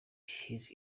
his